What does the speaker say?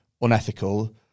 unethical